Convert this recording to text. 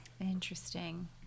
interesting